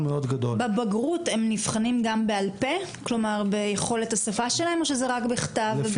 בבגרות הם נבחנים גם בעל פה או שזה רק בכתב?